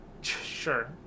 Sure